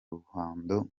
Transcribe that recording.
ruhando